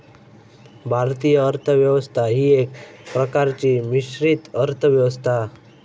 भारतीय अर्थ व्यवस्था ही एका प्रकारची मिश्रित अर्थ व्यवस्था हा